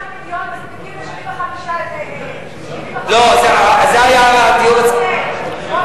75 מיליון מספיקים ל-75, לא, זה היה הדיון אצלנו.